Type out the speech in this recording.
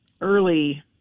early